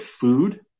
food